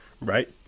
right